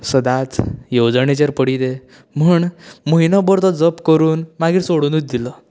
सदांच येवजणेचेर पडिल्लें म्हण म्हयनो भर तो जप करून मागीर सोडुनूच दिलो